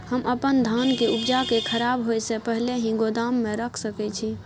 हम अपन धान के उपजा के खराब होय से पहिले ही गोदाम में रख सके छी?